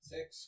Six